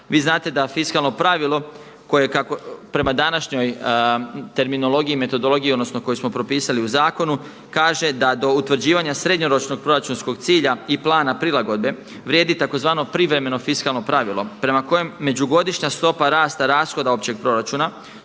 Vi znate da fiskalno pravilo koje kako prema današnjoj terminologiji i metodologiji, odnosno koji smo propisali u zakonu kaže da do utvrđivanja srednjoročnog proračunskog cilja i plana prilagodbe vrijedi tzv. privremeno fiskalno pravilo prema kojem međugodišnja stopa rasta, rashoda općeg proračuna